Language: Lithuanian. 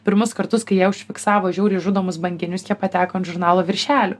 pirmus kartus kai jie užfiksavo žiauriai žudomus banginius jie pateko ant žurnalo viršelių